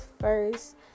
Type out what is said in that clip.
first